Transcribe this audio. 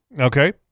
okay